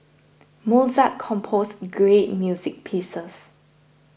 Mozart composed great music pieces